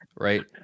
right